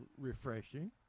refreshing